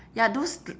ya those